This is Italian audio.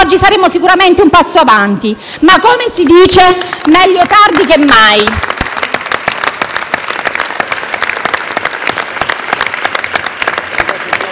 oggi saremmo sicuramente un passo avanti. Ma come si dice: meglio tardi che mai.